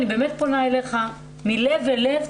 אני באמת פונה אליך מלב אל לב,